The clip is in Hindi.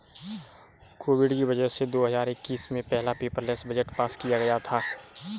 कोविड की वजह से दो हजार इक्कीस में पहला पेपरलैस बजट पास किया गया था